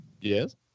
Yes